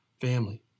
family